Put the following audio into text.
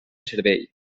servei